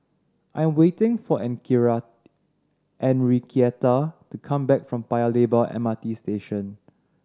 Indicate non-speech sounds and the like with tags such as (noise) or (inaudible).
I am waiting for (unintelligible) Enriqueta to come back from Paya Lebar M R T Station